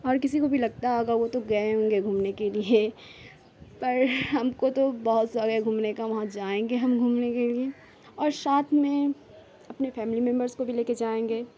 اور کسی کو بھی لگتا ہوگا وہ تو گئے ہوں گے گھومنے کے لیے پر ہم کو تو بہت شوق ہے گھومنے کا وہاں جائیں گے ہم گھومنے کے لیے اور ساتھ میں اپنے فیملی ممبرس کو بھی لے کے جائیں گے